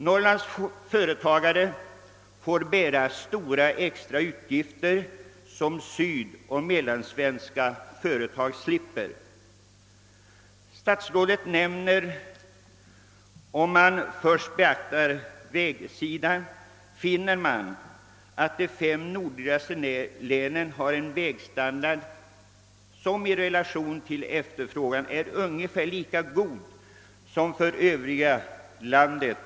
Norrlands företagare får bära stora extra utgifter som sydoch mellansvenska företag slipper. Statsrådet säger i interpellationssvaret: »Om man först betraktar vägområdet finner man att de fem nordligaste länen har en vägstandard som i relation till efterfrågan är ungefär lika god som för övriga landet.